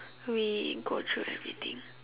we go through everything